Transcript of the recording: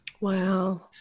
Wow